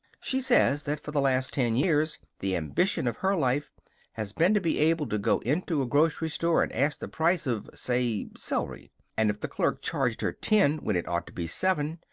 she says that for the last ten years the ambition of her life has been to be able to go into a grocery store and ask the price of, say, celery and, if the clerk charged her ten when it ought to be seven,